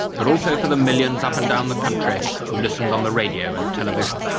but also for the millions up and down the country who listened on the radio and television.